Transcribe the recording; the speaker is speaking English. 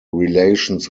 relations